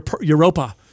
Europa